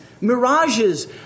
mirages